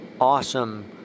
awesome